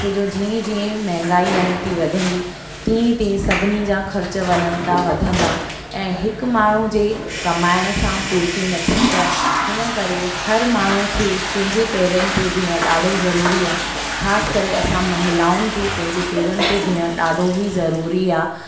छोजो जीअं जीअं महांगाई वञे थी वधंदी तीअं ई तीअं ई सभिनी जा ख़र्च वञनि था वधंदा ऐं हिकु माण्हू जे कमाइण सां पुर्ती नथी पए हिन करे हर माण्हू खे पंहिंजे पेरनि ते बीहणु ॾाढो ज़रूरी आहे ख़ासि करे असां महिलाउनि खे पंहिंजे पेरनि ते बीहणु ॾाढो ई ज़रूरी आहे